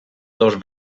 dos